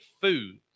foods